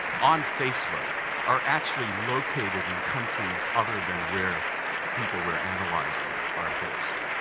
on facebook are actually located in countries other than where people we're analyzing are based?